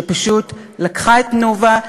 שפשוט לקחה את "תנובה",